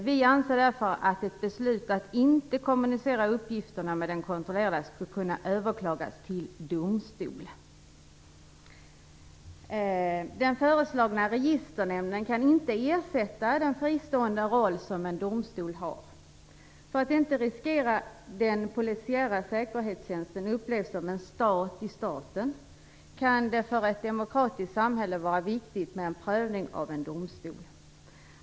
Vi anser därför att ett beslut att inte kommunicera uppgifterna med den kontrollerade skulle kunna överklagas till domstol. Den föreslagna registernämnden kan inte ersätta den fristående roll en domstol har. För att inte riskera att den polisiära säkerhetstjänsten upplevs som en stat i staten kan det för ett demokratiskt samhälle vara viktigt med en prövning i domstol.